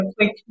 quick